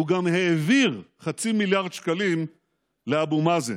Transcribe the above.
הוא גם העביר חצי מיליארד שקלים לאבו מאזן.